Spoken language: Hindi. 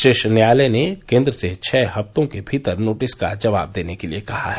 शीर्ष न्यायालय ने केन्द्र से छह हफ्तों के भीतर नोटिस का जवाब देने के लिए कहा है